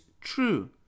true